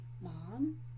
mom